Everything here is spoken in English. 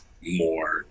more